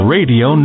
Radio